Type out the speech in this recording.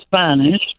Spanish